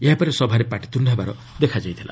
ଏହାପରେ ସଭାରେ ପାଟିତୁଣ୍ଡ ହେବାର ଦେଖାଯାଇଥିଲା